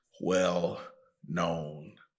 Well-known